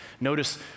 Notice